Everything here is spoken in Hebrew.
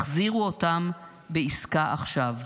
החזירו אותם בעסקה עכשיו,